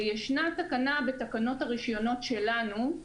בתקנות הרישיונות שלנו,